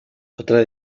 otra